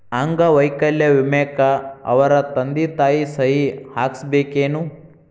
ಅಂಗ ವೈಕಲ್ಯ ವಿಮೆಕ್ಕ ಅವರ ತಂದಿ ತಾಯಿ ಸಹಿ ಹಾಕಸ್ಬೇಕೇನು?